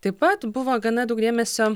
taip pat buvo gana daug dėmesio